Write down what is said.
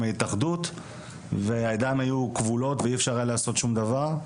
ההתאחדות והידיים היו כבולות ואי אפשר היה לעשות שום דבר,